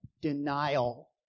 denial